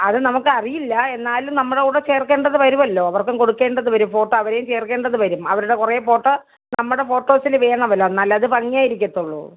അത് നമുക്ക് അറിയില്ല എന്നാലും നമ്മുടെ കൂടെ ചേർക്കേണ്ടത് വരുമല്ലോ അവർക്കും കൊടുക്കേണ്ടത് വരും ഫോട്ടോ അവരെയും ചേർക്കേണ്ടത് വരും അവരുടെ കുറേ ഫോട്ടോ നമ്മുടെ ഫോട്ടോസിൽ വേണമല്ലോ എന്നാലേ അത് ഭംഗി ആയിരിക്കുള്ളൂ